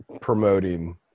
promoting